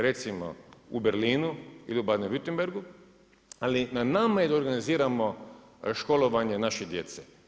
Recimo u Berlinu ili u Baden Württembergu, ali na nama je da organiziramo školovanje naše djece.